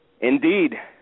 Indeed